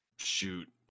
Shoot